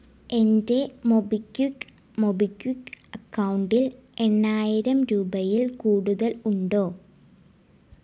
എൻ്റെ MobiKwik MobiKwik അക്കൗണ്ടിൽ എണ്ണായിരം രൂപയിൽ കൂടുതൽ ഉണ്ടോ